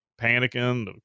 panicking